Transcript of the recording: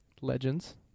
Legends